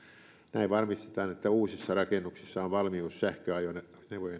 näin varmistetaan että uusissa rakennuksissa on valmius sähköajoneuvojen